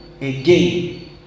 Again